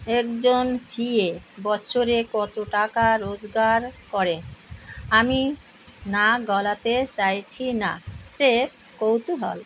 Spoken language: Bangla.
একজন সিএ বছরে কত টাকা রোজগার করে আমি নাক গলাতে চাইছি না স্রেফ কৌতূহল